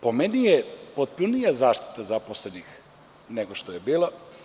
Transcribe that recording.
Po meni, potpunija je zaštita zaposlenih nego što je bila.